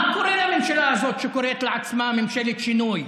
מה קורה לממשלה הזאת, שקוראת לעצמה ממשלת שינוי?